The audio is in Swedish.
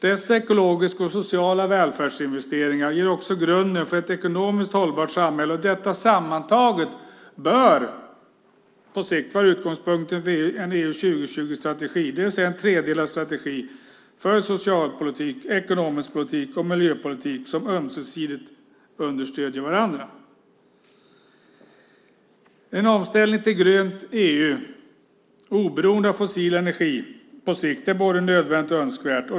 Dessa ekologiska och sociala välfärdsinvesteringar ger också grunden för ett ekonomiskt hållbart samhälle, och detta sammantaget bör på sikt vara utgångspunkten för EU 2020-strategin, det vill säga en tredelad strategi för socialpolitik, ekonomisk politik och miljöpolitik som ömsesidigt stöder varandra. Omställningen till ett grönt EU, oberoende av fossil energi, är både nödvändig och önskvärd.